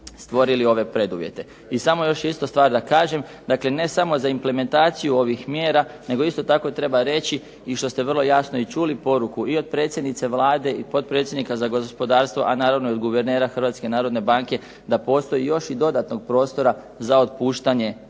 stvorili ove preduvjete. I samo još isto stvar da kažem. Dakle, ne samo za implementaciju ovih mjera, nego isto tako treba reći i što ste vrlo jasno i čuli poruku i od predsjednice Vlade i potpredsjednika za gospodarstvo, a naravno i od guvernera Hrvatske narodne banke da postoji još i dodatnog prostora za otpuštanje